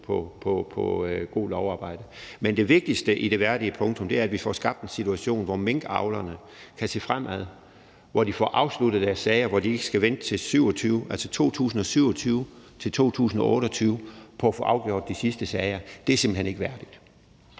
på godt lovarbejde. Men det vigtigste i det værdige punktum er, at vi får skabt en situation, hvor minkavlerne kan se fremad, og hvor de får afsluttet deres sager og ikke skal vente til 2027-2028 på at få afgjort de sidste sager. Det er simpelt hen ikke værdigt.